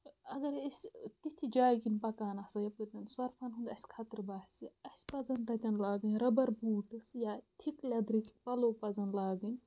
اَگَرے أسۍ تِتھۍ جایہِ کِنۍ پَکان آسو یَپٲرٮ۪ن سۄرفَن ہُنٛد اَسہِ خطرٕ باسہِ اَسہِ پَزَن تَتٮ۪ن لاگٕنۍ رَبَر بوٗٹٕس یا تھِک لیدرٕکۍ پَلو پَزَن لاگٕنۍ